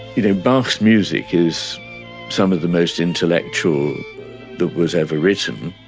you know, bach's music is some of the most intellectual that was ever written,